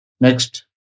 Next